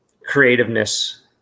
creativeness